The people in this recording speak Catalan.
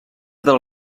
del